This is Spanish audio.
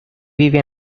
vive